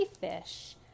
fish